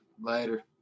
Later